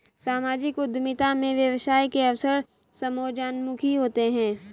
सामाजिक उद्यमिता में व्यवसाय के अवसर समाजोन्मुखी होते हैं